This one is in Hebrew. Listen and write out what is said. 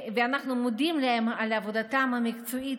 אנחנו מודים להם על עבודתם המקצועית